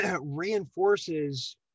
reinforces